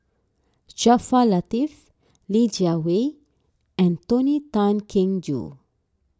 Jaafar Latiff Li Jiawei and Tony Tan Keng Joo